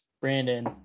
Brandon